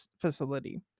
facility